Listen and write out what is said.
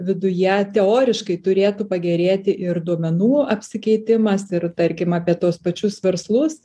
viduje teoriškai turėtų pagerėti ir duomenų apsikeitimas ir tarkim apie tuos pačius verslus